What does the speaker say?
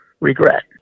regret